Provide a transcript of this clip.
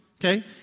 okay